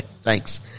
Thanks